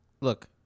Look